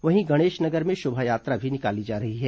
वहीं गणेश नगर में शोभायात्रा भी निकाली जा रही है